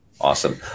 Awesome